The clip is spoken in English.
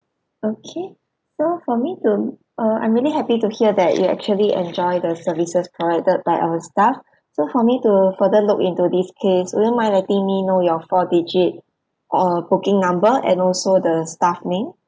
okay so for me to uh I'm really happy to hear that you actually enjoy the services provided by our staff so for me to further look into this case would you mind letting me know your four digit uh booking number and also the staff name